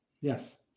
yes